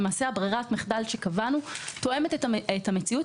בררת המחדל שקבענו תואמת את המציאות.